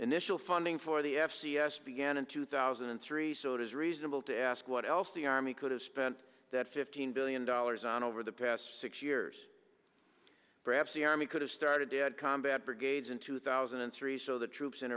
initial funding for the f c s began in two thousand and three so it is reasonable to ask what else the army could have spent that fifteen billion dollars on over the past six years perhaps the army could have started to add combat brigades in two thousand and three so the troops in